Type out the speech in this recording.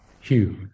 huge